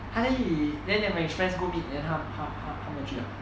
他跟你 then your friends go meet then 他他他没有去啊